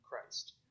Christ